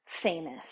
famous